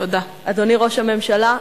אדוני ראש הממשלה,